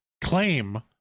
claim